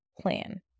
plan